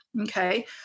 Okay